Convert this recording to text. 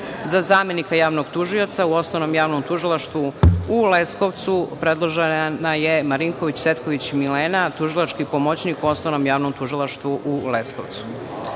zamenika javnog tužioca u Osnovnom javnom tužilaštvu u Leskovcu predložena je Marinković Cvetković Milena, tužilački pomoćnik u Osnovnom javnom tužilaštvu u Leskovcu. Kako